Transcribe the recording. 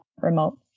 remote